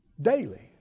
Daily